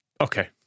Okay